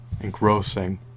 engrossing